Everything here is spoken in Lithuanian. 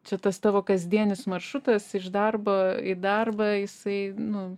čia tas tavo kasdienis maršrutas iš darbo į darbą jisai nu